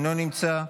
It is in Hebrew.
אינו נמצא,